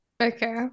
Okay